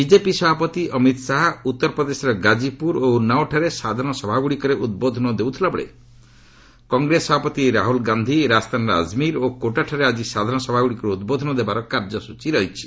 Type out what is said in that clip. BJP ସଭାପତି ଅମିତ୍ ଶାହା ଉତ୍ତର ପ୍ରଦେଶର ଗାଜିପୁର ଓ ଉନ୍ନାଓଠାରେ ସାଧାରଣ ସଭାଗୁଡ଼ିକରେ ଉଦ୍ବୋଧନ ଦେଉଥିଲାବେଳେ କଂଗ୍ରେସ ସଭାପତି ରାହୁଲ୍ ଗାନ୍ଧି ରାଜସ୍ଥାନର ଆକ୍ମୀର୍ ଓ କୋଟାଠାରେ ଆକି ସାଧାରଣ ସଭାଗୁଡ଼ିକରେ ଉଦ୍ବୋଧନ ଦେବାର କାର୍ଯ୍ୟସ୍ଟଚୀ ରହିଛି